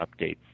updates